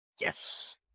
Yes